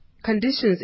Conditions